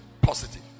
Positive